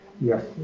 yes